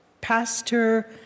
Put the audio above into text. pastor